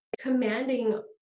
commanding